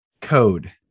code